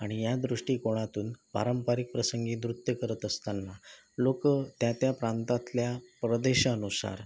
आणि या दृष्टिकोनातून पारंपरिक प्रसंगी नृत्य करत असताना लोकं त्या त्या प्रांतातल्या प्रदेशानुसार